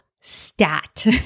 stat